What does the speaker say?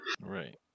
Right